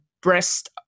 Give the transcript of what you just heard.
breast